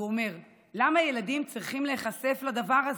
והוא אומר: למה ילדים צריכים להיחשף לדבר הזה?